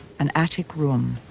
an attic room.